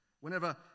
Whenever